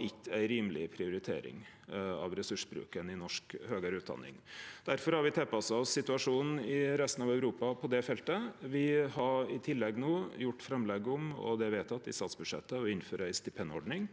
ikkje ei rimeleg prioritering av resursbruken i norsk høgare utdanning. Difor har me tilpassa oss situasjonen i resten av Europa på det feltet. Me har i tillegg gjort framlegg om, og det er vedteke i statsbudsjettet, å innføre ei stipendordning,